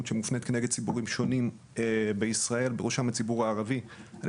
שמופנית כנגד ציבורים שונים בישראל ובראשם הציבור הערבי על